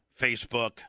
Facebook